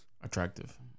attractive